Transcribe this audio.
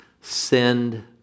send